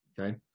Okay